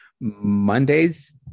Mondays